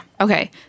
Okay